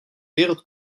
wereld